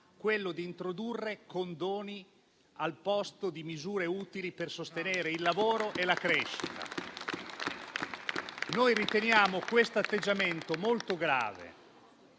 quello di introdurre condoni al posto di misure utili per sostenere il lavoro e la crescita. Riteniamo questo atteggiamento molto grave.